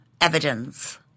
evidence